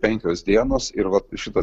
penkios dienos ir va šitą